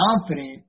confident